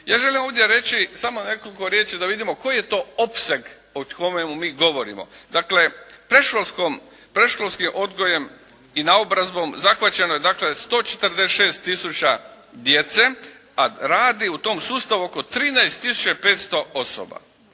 Ja želim ovdje reći samo nekoliko riječi da vidimo koji je to opseg o kojemu mi govorimo. Dakle, predškolskim odgojem i naobrazbom zahvaćeno je dakle, 146 tisuća djece, a radi u tom sustavu oko 13 tisuća 500 osoba.